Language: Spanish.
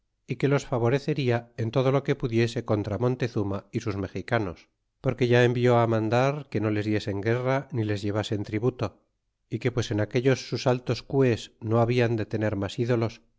y que los favorecerla en todo lo que pudiese contra montezuma y sus mexicanos porque ya envió á mandar que no les diesen guerra ni les llevasen tributo y que pues en aquellos sus altos cues no hablan de tener mas ídolos